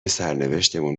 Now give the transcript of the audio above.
سرنوشتمون